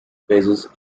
phases